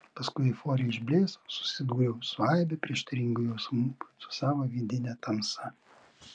paskui euforija išblėso susidūriau su aibe prieštaringų jausmų su savo vidine tamsa